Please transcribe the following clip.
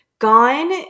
gone